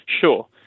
Sure